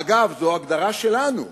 אגב, זאת הגדרה שלנו,